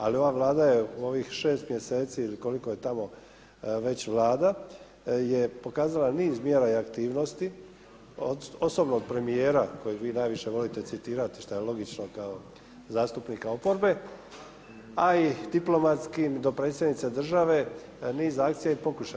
Ali ova Vlada je u ovih 6 mjeseci ili koliko je tamo već Vlada je pokazala niz mjera i aktivnosti osobno od premijera kojeg vi najviše volite citirati šta je logično kao zastupnika oporbe a i diplomatskim i dopredsjednica države niz akcija i postupaka.